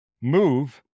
move